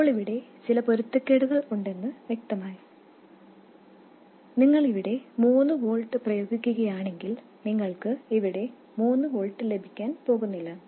ഇപ്പോൾ ഇവിടെ ചില പൊരുത്തക്കേടുകൾ ഉണ്ടെന്ന് വ്യക്തമായി കാണുക നിങ്ങൾ ഇവിടെ മൂന്ന് വോൾട്ട് പ്രയോഗിക്കുകയാണെങ്കിൽ നിങ്ങൾക്ക് ഇവിടെ 3 വോൾട്ട് ലഭിക്കാൻ പോകുന്നില്ല